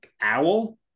owl